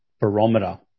barometer